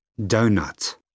Donut